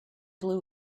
blew